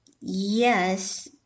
Yes